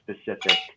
specific